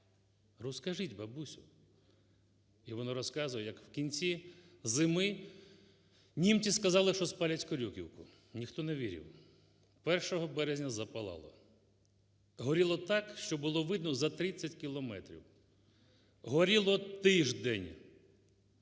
Розкажіть, бабусю, і вона розказує, як в кінці зими німці сказали, що спалять Корюківку, ніхто не вірив. 1 березня запалало, горіло так, що було видно за 30 кілометрів, горіло тиждень